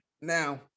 now